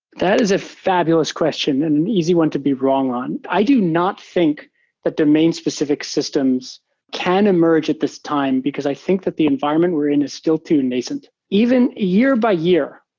that is if fabulous question and an easy one to be wrong on. i do not think that domain specific systems can emerge at this time because i think that the environment we're in the still to nascent even year-by-year.